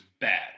bad